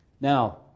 Now